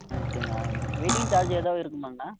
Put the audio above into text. ஆ சரிங்கண்ணா waiting charge ஏதாவது இருக்குமாங்கண்ணா